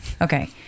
Okay